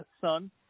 son